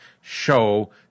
show